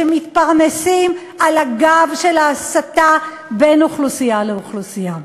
שמתפרנסים על הגב של ההסתה בין אוכלוסייה לאוכלוסייה.